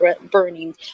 burning